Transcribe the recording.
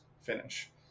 finish